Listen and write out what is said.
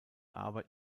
arbeit